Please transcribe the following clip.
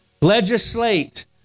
legislate